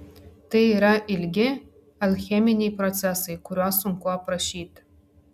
tai yra ilgi alcheminiai procesai kuriuos sunku aprašyti